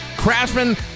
craftsman